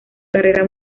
carrera